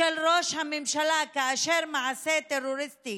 של ראש הממשלה, כאשר מעשה טרוריסטי